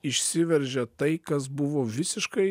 išsiveržia tai kas buvo visiškai